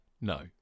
No